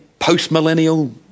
postmillennial